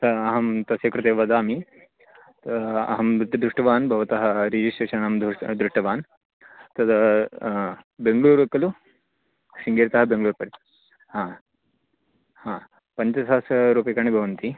त अहं तस्य कृते वदामि अहं नृत् दृष्टवान् भवतः रिजिस्ट्रेशन् अहं दृ दृष्टवान् तत् बेङ्ग्ळूरु खलु शृङ्गेरितः बेङ्ग्ळूर् परि पञ्चसहस्ररूप्यकाणि भवन्ति